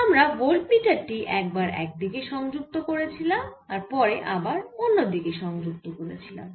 আমরা voltmeter টি একবার একদিকে সংযুক্ত করেছিলাম আর পরে আবার অন্য দিকে সংযুক্ত করেছিলাম